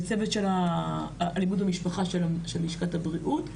וצוות של האלימות במשפחה של לשכת הבריאות,